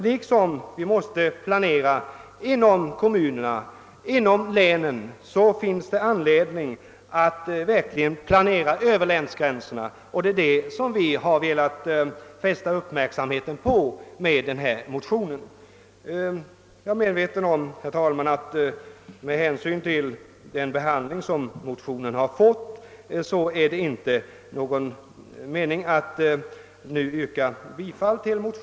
Liksom vi måste planera inom kommunerna och inom länen finns det enligt min mening anledning att också planera över länsgränserna, och det är det som vi velat fästa uppmärksamheten på i vår motion. Herr talman! Jag är medveten om att det med hänsyn till den behandling som motionerna fått inte är någon mening i att nu yrka bifall till dem.